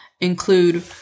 include